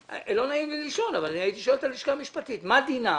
ולא נעים לי לשאול אבל אני הייתי שואל את הלשכה המשפטית מה דינם